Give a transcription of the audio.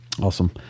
awesome